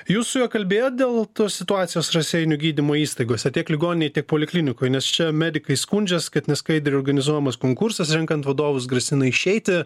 jūs su juo kalbėjo dėl tos situacijos raseinių gydymo įstaigose tiek ligoninėj tik poliklinikoj nes čia medikai skundžias kad neskaidriai organizuojamas konkursas renkant vadovus grasina išeiti